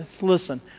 listen